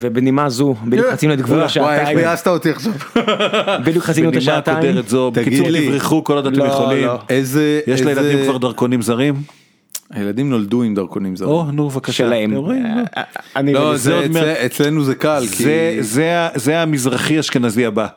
ובנימה זו בדיוק חצינו את גבול השעתיים. וואי איך ביאסת אותי עכשיו, חהחהחהחה, בדיוק חצינו את השעתיים, בנימה קודרת זאת, בדיוק תברחו כל עוד אתם יכולים, לא לא. איזה, איזה - יש לילדים כבר דרכונים זרים? הילדים נולדו עם דרכונים זרים. או, נו, בבקשה. הורים, נו. אצלנו זה קל, כי - זה המזרחי אשכנזי הבא